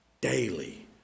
daily